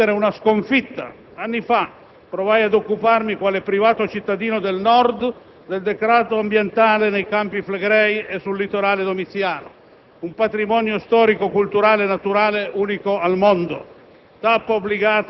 Posso rivendicare qualche precedente in proposito soltanto per ammettere una sconfitta. Anni fa provai ad occuparmi, quale privato cittadino del Nord, del degrado ambientale dei Campi Flegrei e del litorale domiziano,